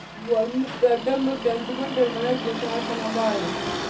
vermi culture में केंचुवन के मदद से खाद बनावा हई